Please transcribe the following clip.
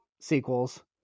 sequels